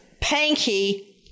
Panky